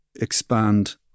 expand